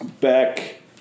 Back